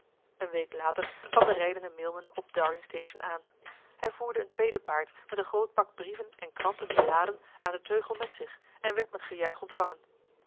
eene week later kwam de rijdende mail man op darling station aan hij voerde een tweede paard met een groot pak brieven en kranten beladen aan den teugel met zich en werd met gejuich ontvangen